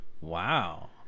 Wow